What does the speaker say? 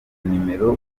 numero